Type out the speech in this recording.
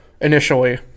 initially